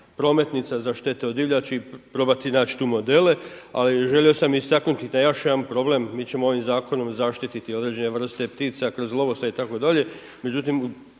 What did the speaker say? prometnica za štete od divljači i probati naći tu modele. Ali želio sam istaknuti na još jedan problem. Mi ćemo ovim zakonom zaštiti određene vrste ptica kroz lovostaj itd., međutim